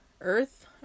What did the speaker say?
earth